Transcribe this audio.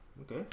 Okay